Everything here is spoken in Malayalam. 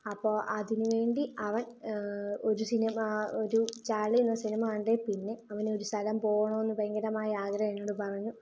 അപ്പോൾ അതിനു വേണ്ടി അവൻ ഒരു സിനിമ ഒരു ചാർലി എന്ന സിനിമ കണ്ടതിൽ പിന്നെ അവനൊരു സ്ഥലം പോകണം എന്ന് ഭയങ്കരമായ ആഗ്രഹം എന്നോട് പറഞ്ഞു